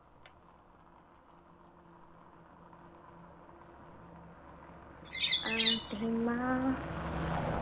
ᱟᱨ ᱛᱮᱦᱮᱧ ᱢᱟ